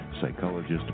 psychologist